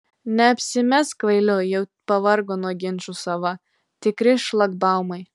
neapsimesk kvailiu jau pavargo nuo ginčų sava tikri šlagbaumai